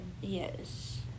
Yes